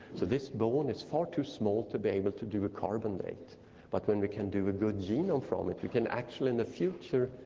so this bone is far too small to be able to do a carbon date but when we can do a good genome from it we can actually, in the future,